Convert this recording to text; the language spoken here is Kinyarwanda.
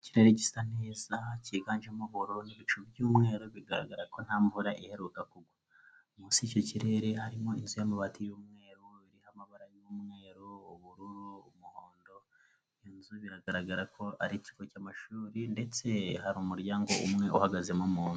Ikirere gisa neza cyiganjemo ubururu n'ibicu by'umweru bigaragara ko nta mvura iheruka kugwa, munsi y'icyo kirere harimo inzu y'amabati y'umweru, iriho amabara y'umweru, ubururu, umuhondo, inzu biragaragara ko ari ikigo cy'amashuri ndetse hari umuryango umwe uhagazemo umuntu.